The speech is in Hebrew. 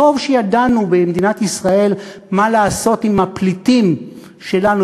טוב שידענו במדינת ישראל מה לעשות עם הפליטים שלנו,